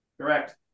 Correct